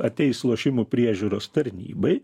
ateis lošimų priežiūros tarnybai